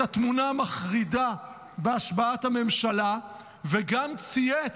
את התמונה המחרידה בהשבעת הממשלה וגם צייץ.